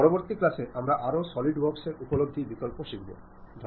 পরবর্তী ক্লাসে আমরা আরও সলিড ওয়ার্কসে উপলব্ধ বিকল্পগুলি শিখব